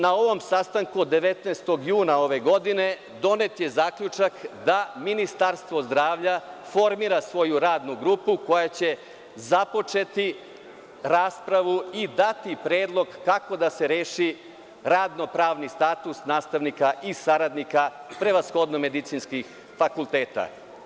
Na ovom sastanku od 19. juna ove godine donet je zaključak da Ministarstvo zdravlja formira svoju radnu grupu koja će započeti raspravu i dati predlog kako da se reši radno-pravni status nastavnika i saradnika prevashodno medicinskih fakulteta.